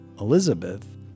Elizabeth